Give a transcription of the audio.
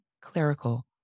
clerical